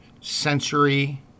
sensory